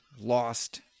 lost